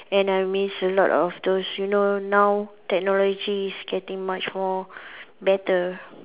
and I miss a lot of those you know now technology is getting much more better